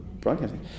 broadcasting